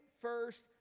first